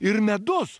ir medus